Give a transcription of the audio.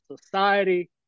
society